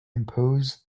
imposed